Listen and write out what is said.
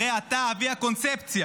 הרי אתה אבי הקונספציה,